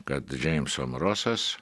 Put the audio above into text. kad džeimsom rosas